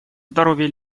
здоровья